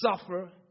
suffer